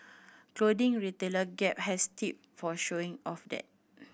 clothing retailer Gap has tip for showing off that